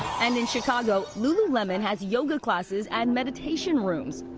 and in chicago, lululemon has yoga classes and meditation rooms.